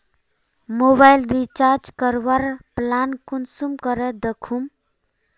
Mobile recharge करवार plan कुंसम करे दखुम?